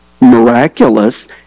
miraculous